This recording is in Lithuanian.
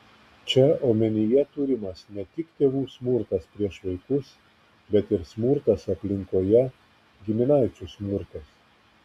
čia omenyje turimas ne tik tėvų smurtas prieš vaikus bet ir smurtas aplinkoje giminaičių smurtas